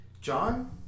John